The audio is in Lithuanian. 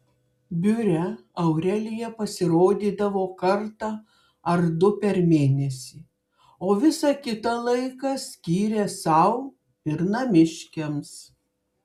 biure aurelija pasirodydavo kartą ar du per mėnesį o visą kitą laiką skyrė sau ir namiškiams